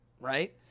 right